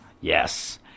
yes